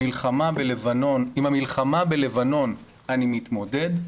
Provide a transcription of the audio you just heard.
'עם המלחמה בלבנון אני מתמודד,